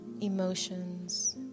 emotions